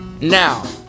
Now